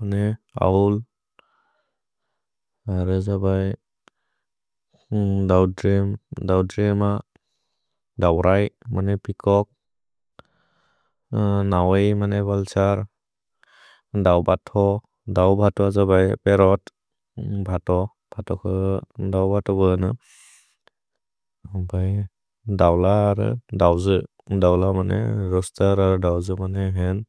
मने ओव्ल्। दौद्रिम्, दौरै मने पिकौक्, नौएइ मने बल्छर्। दौबथौ, दौभतौ जबए पेरोत्। भ्हातौ, भातौख, दौभतौ वन। दौलर्, दौजु, दौल मने रोस्तर्, दौजु मने हेन्।